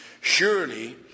Surely